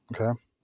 okay